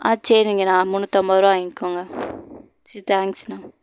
ஆ சரிங்கண்ணா முந்நூற்றம்பதுருவா வாங்கிக்கோங்க சரி தேங்க்ஸ்ண்ணா